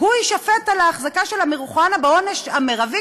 הוא יישפט על ההחזקה של המריחואנה בעונש המרבי,